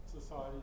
Society